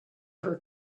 her